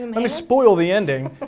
and let me spoil the ending.